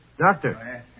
Doctor